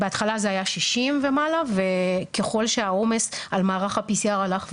בהתחלה זה היה 60 ומעלה וככל שהעומס על מערך ה-PCR הלך וירד,